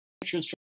pictures